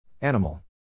Animal